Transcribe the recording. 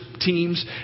teams